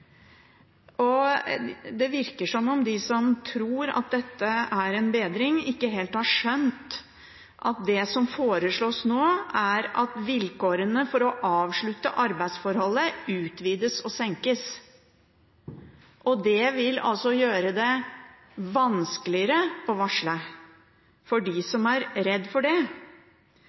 Det virker som om de som tror dette er en bedring, ikke helt har skjønt at det som foreslås nå, er at vilkårene for å avslutte arbeidsforholdet utvides og senkes. Det vil altså gjøre det vanskeligere å varsle for dem som er redd for det.